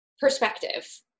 perspective